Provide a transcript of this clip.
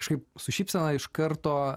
kažkaip su šypsena iš karto